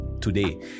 today